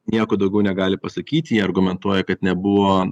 nieko daugiau negali pasakyt jie argumentuoja kad nebuvo